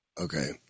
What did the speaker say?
Okay